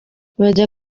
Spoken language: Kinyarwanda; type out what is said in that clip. bajya